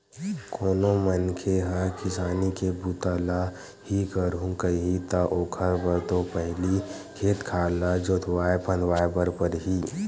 कोनो मनखे ह किसानी के बूता ल ही करहूं कइही ता ओखर बर तो पहिली खेत खार ल जोतवाय फंदवाय बर परही